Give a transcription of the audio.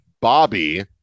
Bobby